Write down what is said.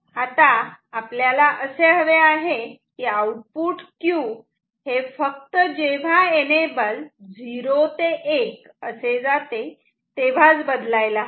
आता आपल्याला असे हवे आहे की आउटपुट Q हे फक्त जेव्हा एनेबल 0 ते 1 असे जाते तेव्हाच बदलायला हवे